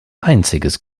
einziges